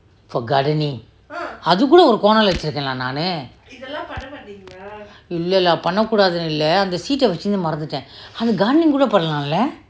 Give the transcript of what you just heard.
for gardening அது கூட ஒரு:athu kuuda oru corner lah வச்சிருக்கேன்:vachirukken lah நானு இல்ல:naanu illa lah பன்ன கூடாது னு இல்ல அந்த:panna kudathunu illa antha seeds ah வச்சது மறந்துட்டேன் அது:vachathu maranthuten athu gardening கூட பண்ணலாம்:kuuda pannalam lah